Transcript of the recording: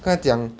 跟他讲